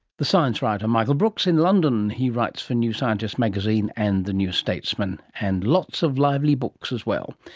the science writer michael brooks in london. he writes for new scientist magazine and the new statesman, and lots of lively books, as well.